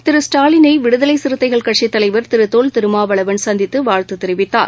திரு ஸ்டாலினை விடுதலை சிறுத்தைகள் கட்சித் தலைவர் திரு தொல் திருமாவளவன் சந்தித்து வாழ்த்துத் தெரிவித்தார்